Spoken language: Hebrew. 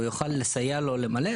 הוא יוכל לסייע לו למלא,